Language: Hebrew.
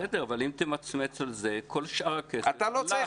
בסדר, אבל אם תמצמץ על זה, כל שאר הכסף הלך.